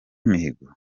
mihigo